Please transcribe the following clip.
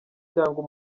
cyangwa